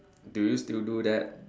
do you still do that